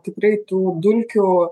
tikrai tų dulkių